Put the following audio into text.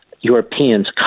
Europeans